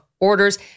orders